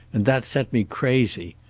and that set me crazy.